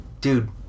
dude